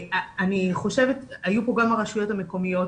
היו פה גם הרשויות המקומיות,